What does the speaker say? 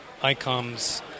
ICOMS